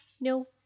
no